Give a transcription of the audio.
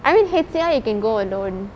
I mean H_C_I you can go alone